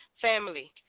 family